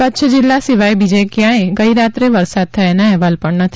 કચ્છ જિલ્લા સિવાય બીજે ક્યાંય ગઇરાત્રે વરસાદ થયાના અહેવાલ પણ નથી